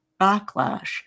backlash